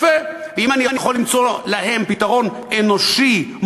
ואם אני יכול למצוא להם פתרון אנושי-מוסרי,